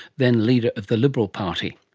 then leader of the liberal party.